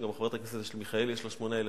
גם לחברת הכנסת מיכאלי יש שמונה ילדים.